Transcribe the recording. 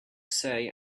say